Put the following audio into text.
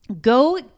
Go